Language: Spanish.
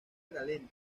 galante